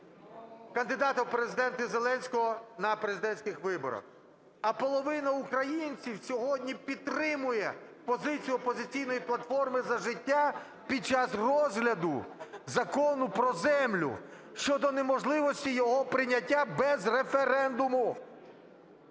кандидата в Президенти Зеленського на президентських виборах. А половина українців сьогодні підтримує позицію "Опозиційної платформи – За життя" під час розгляду Закону про землю щодо неможливості його прийняття без референдуму.